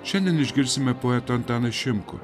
šiandien išgirsime poetą antaną šimkų